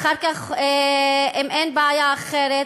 אחר כך, אם אין בעיה אחרת,